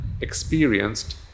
experienced